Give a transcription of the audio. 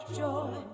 joy